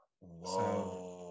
whoa